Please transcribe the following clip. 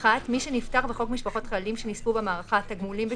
מי שנפטר וחוק משפחות חיילים שנספו במערכה (תגמולים ושיקום),